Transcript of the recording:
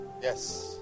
yes